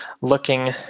looking